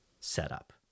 setup